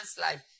life